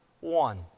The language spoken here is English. one